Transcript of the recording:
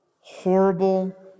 horrible